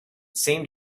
seemed